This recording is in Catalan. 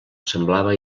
semblava